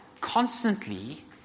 constantly